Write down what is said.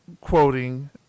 quoting